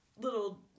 little